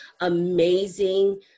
amazing